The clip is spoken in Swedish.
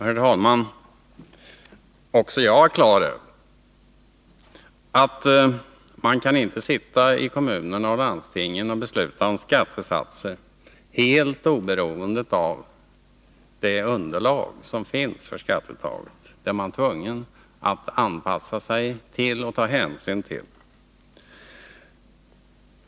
Herr talman! Också jag är klar över att man inte kan sitta i kommunerna och landstingen och besluta om skattesatser helt oberoende av det underlag som finns för skatteuttaget. Det är man tvungen att anpassa sig till.